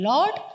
Lord